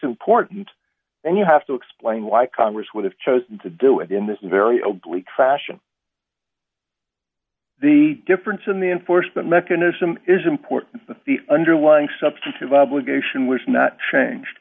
important then you have to explain why congress would have chosen to do it in this very oblique fashion the difference in the enforcement mechanism is important but the underlying substantive obligation was not changed